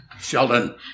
Sheldon